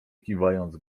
kiwając